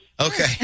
Okay